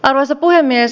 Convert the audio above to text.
arvoisa puhemies